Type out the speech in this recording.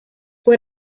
fue